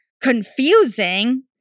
confusing